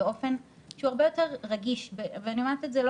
באופן שהוא הרבה יותר רגיש ואני אומרת את זה,